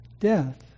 death